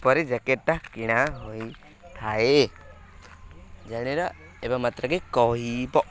ପରି ଜ୍ୟାକେଟ୍ଟା କିଣା ହୋଇଥାଏ ଏବେ ମାତ୍ରକେ କହିବ